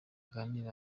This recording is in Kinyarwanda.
baganire